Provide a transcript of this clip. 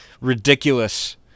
ridiculous